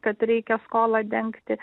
kad reikia skolą dengti